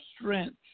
strength